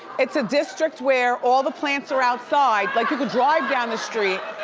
it's a district where all the plants are outside, like you could drive down the street.